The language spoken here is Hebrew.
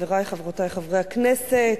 חברי וחברותי חברי הכנסת,